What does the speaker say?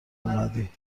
اومدی